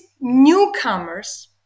newcomers